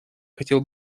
хотела